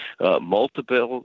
Multiple